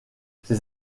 ces